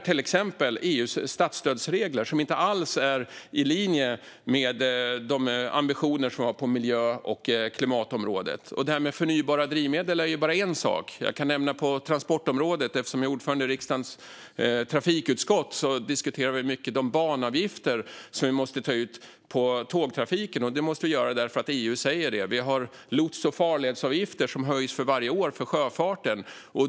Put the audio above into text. Till exempel är EU:s statsstödsregler inte alls i linje med de ambitioner som vi har på miljö och klimatområdet. Det här med förnybara drivmedel är ju bara en sak. Jag kan nämna transportområdet, eftersom jag är ordförande i riksdagens trafikutskott. Där diskuterar vi mycket de banavgifter som vi måste ta ut för tågtrafiken. Det måste vi göra för att EU säger det. För sjöfarten har vi lots och farledsavgifter som höjs för varje år.